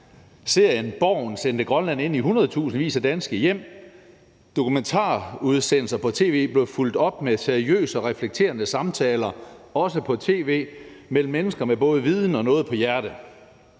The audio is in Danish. Tv-serien »Borgen« sendte Grønland ind i hundredtusindvis af danske hjem. Dokumentarudsendelser på tv blev fulgt op med seriøse og reflekterende samtaler også på tv mellem mennesker med både viden og noget på hjerte.